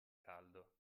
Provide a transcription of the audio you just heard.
caldo